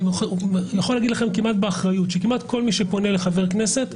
אני יכול לומר לכם כמעט באחריות שכמעט כל מי שפונה לחבר כנסת,